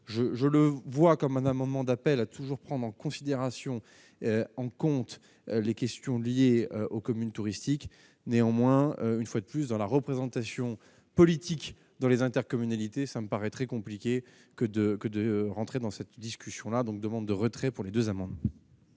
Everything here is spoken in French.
je le vois comme un amendement d'appel a toujours. Prendre en considération en compte les questions liées aux communes touristiques, néanmoins, une fois de plus dans la représentation politique dans les intercommunalités, ça me paraît très compliqué que de que de rentrer dans cette discussion-là donc : demande de retrait pour les 2 amants.